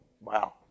Wow